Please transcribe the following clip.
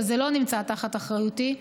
אבל זה לא נמצא תחת אחריותי,